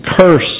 cursed